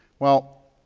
well,